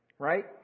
Right